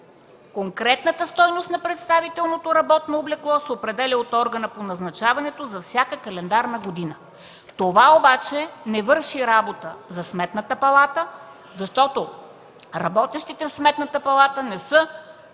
Конкретната стойност на представителното работно облекло се определя от органа по назначаването за всяка календарна година. Това обаче не върши работа за Сметната палата, защото работещите в Сметната палата не са